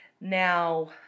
Now